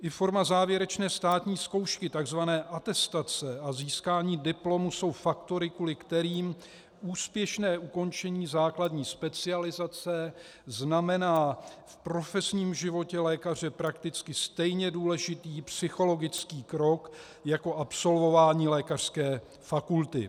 I forma závěrečné státní zkoušky, takzvané atestace, a získání diplomu jsou faktory, kvůli kterým úspěšné ukončení základní specializace znamená v profesním životě lékaře prakticky stejně důležitý psychologický krok jako absolvování lékařské fakulty.